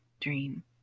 dream